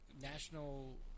National